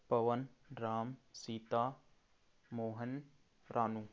भगवान राम सीता मोहन रानू